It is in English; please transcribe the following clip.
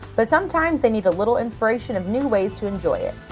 but sometimes they need a little inspiration of new ways to enjoy it.